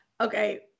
Okay